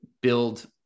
build